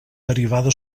derivada